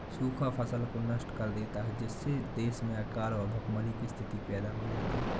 सूखा फसल को नष्ट कर देता है जिससे देश में अकाल व भूखमरी की स्थिति पैदा हो जाती है